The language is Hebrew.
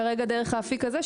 כרגע דרך האפיק הזה,